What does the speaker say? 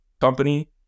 company